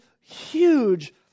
huge